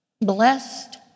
blessed